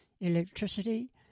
electricity